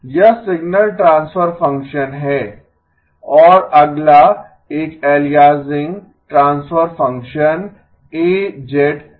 यह signal transfer function है और अगला एक एलियासिंग ट्रांसफर फंक्शन A है